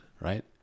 right